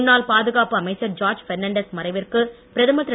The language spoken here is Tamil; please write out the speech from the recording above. முன்னாள் பாதுகாப்பு அமைச்சர் ஜார்ஜ் பெர்னான்டஸ் மறைவிற்கு பிரதமர் திரு